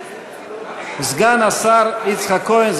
סגן השר יצחק כהן,